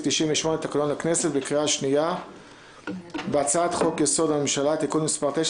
98 לתקנון הכנסת בקריאה השנייה בהצעת חוק יסוד: הממשלה (תיקון מס' 9